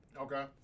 Okay